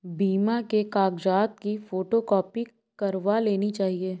बीमा के कागजात की फोटोकॉपी करवा लेनी चाहिए